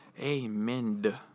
Amen